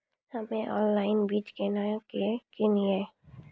हम्मे ऑनलाइन बीज केना के किनयैय?